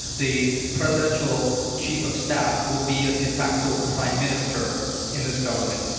the presidential chief of staff will be a de facto prime minister in this government.